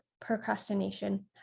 procrastination